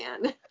man